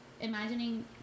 imagining